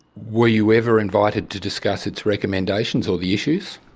were you ever invited to discuss its recommendations or the issues?